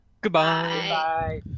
Goodbye